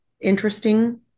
interesting